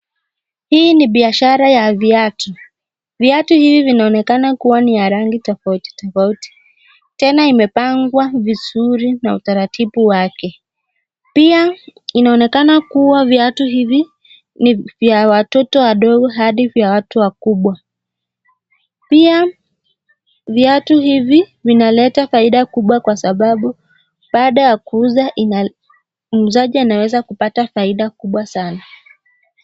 Hii ni biashara ya viatu. Viatu hivi vinaonekana kuwa ni ya rangi tofauti tofauti. Tena imepangwa vizuri na utaratibu wake. Pia inaonekana kuwa viatu hivi ni vya watoto wadogo hadi vya watu wakubwa. Pia viatu hivi vinaleta faida kubwa kwa sababu baada ya kuuza, muuzaji anaweza kupata faida kubwa sana.